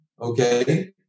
Okay